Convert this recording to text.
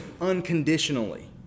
unconditionally